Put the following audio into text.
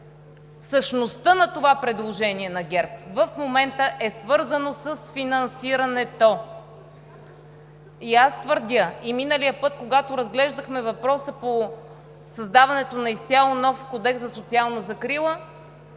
Същността на това предложение на ГЕРБ в момента е свързано с финансирането и аз твърдя, както и миналия път, когато разглеждахме въпроса по създаването на изцяло нов Кодекс за социална закрила,